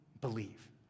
believe